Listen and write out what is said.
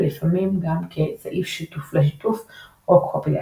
ולפעמים גם כ"סעיף שיתוף לשיתוף" או "copyleft".